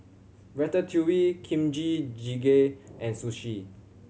Ratatouille Kimchi Jjigae and Sushi